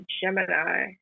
Gemini